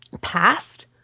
past